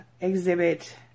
exhibit